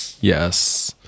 Yes